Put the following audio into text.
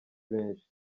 benshi